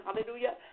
hallelujah